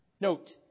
Note